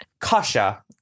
Kasha